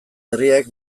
herriak